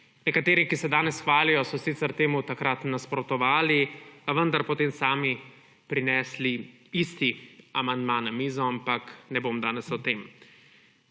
Nekateri, ki se danes hvalijo, so sicer temu takrat nasprotovali, a vendar potem sami prinesli isti amandma na mizo, ampak ne bom danes o tem.